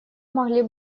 могли